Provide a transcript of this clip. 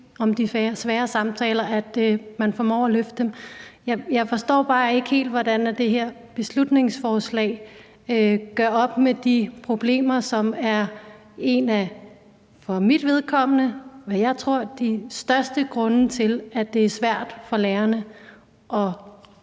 om de svære samtaler, at man formår at løfte dem. Jeg forstår bare ikke helt, hvordan det her beslutningsforslag løser de problemer, som jeg for mit vedkommende tror er en af de vigtigste grunde til, at det er svært for lærerne at